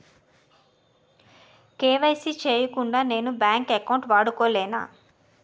KYC చేయకుండా నేను bank account వాడుకొలేన?